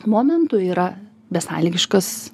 momentų yra besąlygiškas